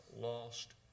lost